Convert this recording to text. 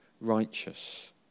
righteous